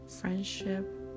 friendship